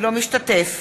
אינו משתתף